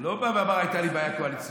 ולא בא ואמר: הייתה לי בעיה קואליציונית,